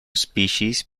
species